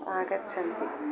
आगच्छन्ति